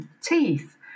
teeth